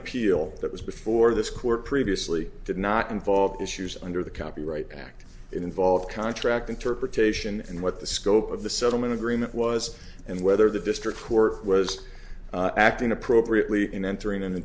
appeal that was before this court previously did not involve issues under the copyright act involved contract interpretation and what the scope of the settlement agreement was and whether the district court was acting appropriately in entering